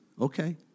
Okay